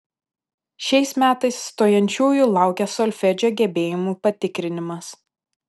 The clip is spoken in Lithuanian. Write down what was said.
šiais metais stojančiųjų laukia solfedžio gebėjimų patikrinimas